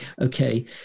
okay